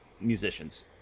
musician's